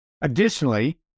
Additionally